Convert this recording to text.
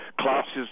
classes